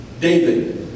david